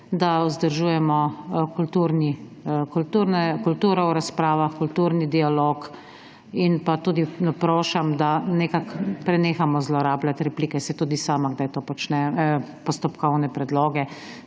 da vzdržujemo kulturo v razpravo, kulturni dialog in pa tudi naprošam, da nekako prenehamo zlorabljati replike. Saj tudi sama kdaj / nerazumljivo/ postopkovne predloge.